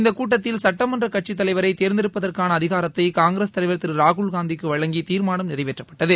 இந்த கூட்டத்தில் சட்டமன்றக்கட்சித் தலைவரை தேர்ந்தெடுப்பதற்கான அதிகாரத்தை காங்கிரஸ்தலைவர் திரு ராகுல்காந்திக்கு வழங்கி தீர்மானம் நிறைவேற்றப்பட்டது